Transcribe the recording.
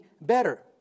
better